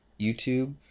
YouTube